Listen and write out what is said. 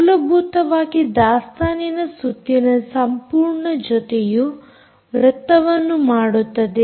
ಮೂಲಭೂತವಾಗಿ ದಾಸ್ತಾನಿನ ಸುತ್ತಿನ ಸಂಪೂರ್ಣ ಜೊತೆಯು ವೃತ್ತವನ್ನು ಮಾಡುತ್ತದೆ